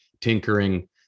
tinkering